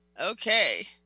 Okay